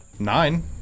Nine